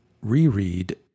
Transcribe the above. reread